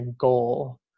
goal